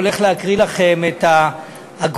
אם כן, רבותי,